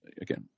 again